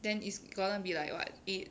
then it's gonna be like what eight